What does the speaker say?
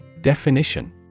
Definition